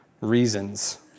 reasons